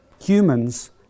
Humans